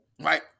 right